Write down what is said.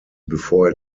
before